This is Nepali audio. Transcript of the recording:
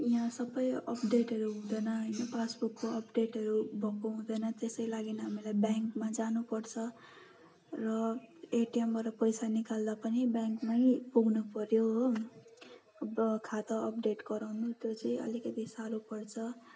यहाँ सबै अपडेटहरू हुँदैन होइन पासबुकको अपडेटहरू भएको हुँदैन त्यसै लागिन् हामीलाई ब्याङ्कमा जानुपर्छ र एटीएमबाट पैसा निकाल्दा पनि ब्याङकमै पुग्नु पऱ्यो हो अब खाता अपडेट गराउनु त्यो चाहिँ अलिकति साह्रो पर्छ